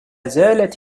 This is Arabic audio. زالت